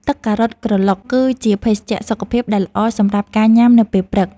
ទឹកការ៉ុតក្រឡុក គឺជាភេសជ្ជៈសុខភាពដែលល្អសម្រាប់ការញ៉ាំនៅពេលព្រឹក។